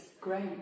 Great